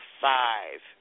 five